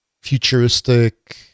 futuristic